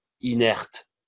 inerte